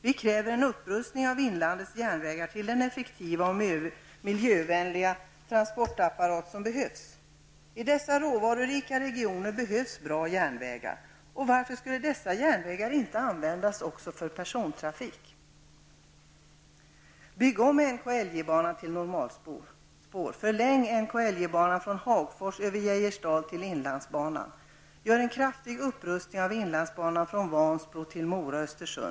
Vi kräver en upprustning av inlandets järnväg till den effektiva och miljövänliga transportapparat som behövs. I dessa råvarurika regioner behövs bra järnvägar. Varför skulle dessa järnvägar inte användas också för persontrafik? Vansbro--Hagfors--Deje--Kil.